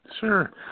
Sure